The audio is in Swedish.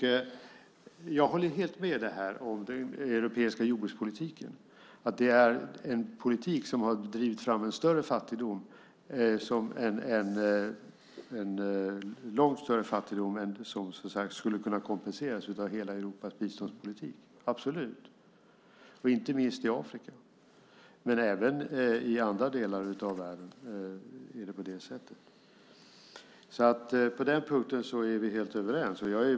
Jag håller helt med om den europeiska jordbrukspolitiken. Den har drivit fram en långt större fattigdom än vad som skulle kunna kompenseras av hela Europas biståndspolitik - absolut. Inte minst i Afrika, men även i andra delar av världen, är det på det sättet. På den punkten är vi helt överens.